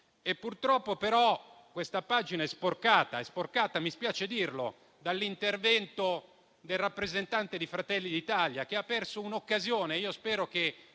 Purtroppo però questa pagina è sporcata - mi spiace dirlo - dall'intervento del rappresentante di Fratelli d'Italia, che ha perso un'occasione.